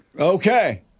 Okay